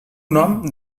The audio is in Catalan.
nom